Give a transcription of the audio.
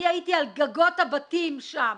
אני הייתי על גגות הבתים שם